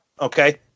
Okay